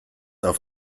auf